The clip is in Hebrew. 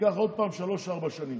ייקח עוד פעם שלוש, ארבע שנים.